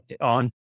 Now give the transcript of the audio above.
on